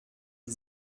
sie